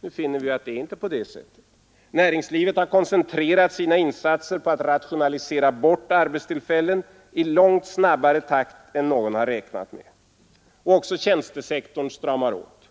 Nu finner vi att det inte är på det sättet. Näringslivet har koncentrerat sina insatser på att rationalisera bort arbetstillfällen i långt snabbare takt än någon har räknat med. Också tjänstesektorn stramar åt.